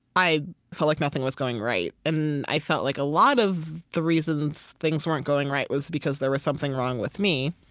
i felt like nothing was going right. and i felt like a lot of the reasons things weren't going right was because there was something wrong with me.